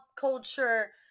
culture